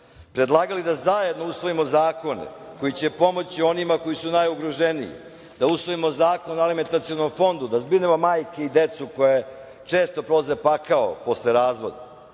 smo da zajedno usvojimo zakone koji će pomoći onima koji su najugroženiji, da usvojimo zakon o alimentacionom fondu, da zbrinemo majke i decu koje često prolaze pakao posle razvoda,